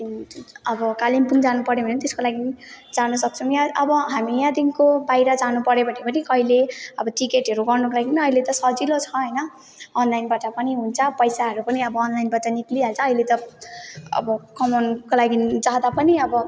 अब कालिम्पोङ जानुपर्यो भने पनि त्यसको लागि जानसक्छौँ यहाँ अब यहाँदेखिको बाहिर जानुपर्यो भने पनि कहिले अब टिकटहरू गर्नको लागि पनि अहिले त सजिलो छ होइन अनलाइनबाट पनि हुन्छ पैसाहरू पनि अब अनलाइनबाट निक्लिहाल्छ अहिले त अब कमाउनको लागि जाँदा पनि अब